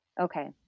Okay